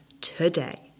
today